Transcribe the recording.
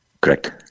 Correct